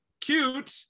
cute